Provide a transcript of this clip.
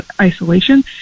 isolation